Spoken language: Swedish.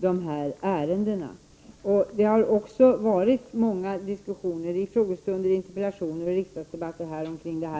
Det har förekommit många diskussioner vid frågestunder, interpellationsdebatter och andra riksdagsdebatter om dessa frågor.